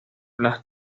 las